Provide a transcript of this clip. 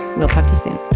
we'll have to see